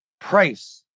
price